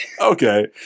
Okay